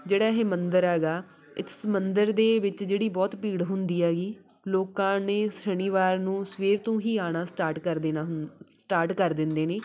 ਜਿਹੜਾ ਇਹ ਮੰਦਰ ਹੈਗਾ ਇਸ ਮੰਦਿਰ ਦੇ ਵਿੱਚ ਜਿਹੜੀ ਬਹੁਤ ਭੀੜ ਹੁੰਦੀ ਹੈਗੀ ਲੋਕਾਂ ਨੇ ਸ਼ਨੀਵਾਰ ਨੂੰ ਸਵੇਰ ਤੋਂ ਹੀ ਆਉਣਾ ਸਟਾਰਟ ਕਰ ਦੇਣਾ ਹੁੰ ਸਟਾਰਟ ਕਰ ਦਿੰਦੇ ਨੇ